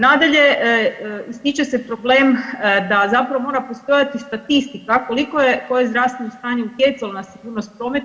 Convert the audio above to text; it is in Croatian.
Nadalje, ističe se problem da zapravo mora postojati statistika koliko je koje zdravstveno stanje utjecalo na sigurnost prometa.